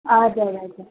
हजुर हजुर